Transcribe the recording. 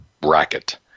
bracket